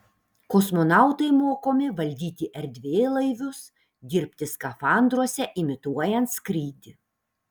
kosmonautai mokomi valdyti erdvėlaivius dirbti skafandruose imituojant skrydį